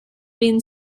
been